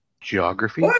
Geography